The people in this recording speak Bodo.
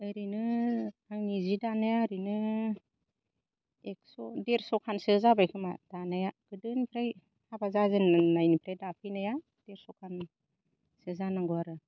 ओरैनो आंनि जि दानाया ओरैनो एकस' देरस'खानसो जाबायखोमा दानाया गोदोनिफ्राय हाबा जाजेननायनिफ्राय दाफैनाया देरस'खानसो जानांगौ आरो